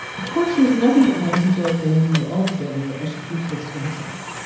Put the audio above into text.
of course, she was nothing but nice and joyful, and we were all together as she keeps this to herself.